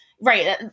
right